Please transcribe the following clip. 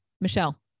Michelle